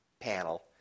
panel